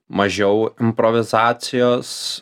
mažiau improvizacijos